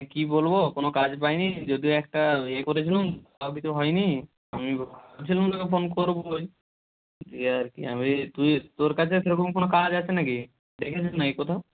কি বলবো কোন কাজ পাই নি যদিও একটা এ করেছিলুম তাও কিছু হয় নি আমি ভাবছিলুম তোকে ফোন করবোই দিয়ে আর কি তুই তোর কাছে সেরকম কোনো কাজ আছে না কি দেখিস নি কোথাও